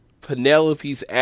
Penelope's